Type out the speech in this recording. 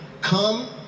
Come